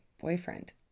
boyfriend